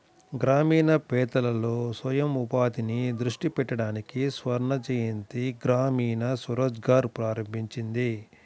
గ్రామీణ పేదలలో స్వయం ఉపాధిని దృష్టి పెట్టడానికి స్వర్ణజయంతి గ్రామీణ స్వరోజ్గార్ ప్రారంభించింది